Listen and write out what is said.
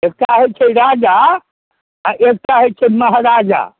एकटा होइ छै राजा आ एकटा होइ छै महराजा